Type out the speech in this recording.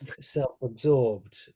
self-absorbed